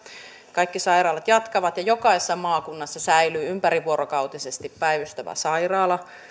kaikki sairaalat jatkavat ja jokaisessa maakunnassa säilyy ympärivuorokautisesti päivystävä sairaala